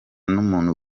n’umuntu